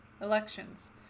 elections